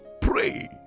pray